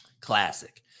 classic